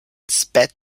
spread